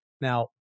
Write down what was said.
Now